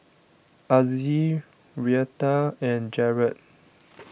Azzie Reatha and Jarrett